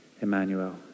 Emmanuel